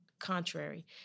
contrary